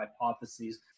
hypotheses